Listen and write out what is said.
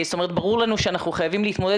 ברור לנו שאנחנו חייבים להתמודד.